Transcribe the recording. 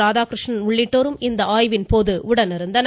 ராதாகிருஷ்ணன் உள்ளிட்டோரும் இந்த ஆய்வின் போது உடனிருந்தனர்